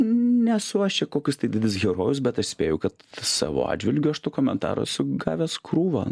nesu aš čia kokis tai didis herojus bet aš spėju kad savo atžvilgiu aš tų komentarų esu gavęs krūvą